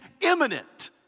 imminent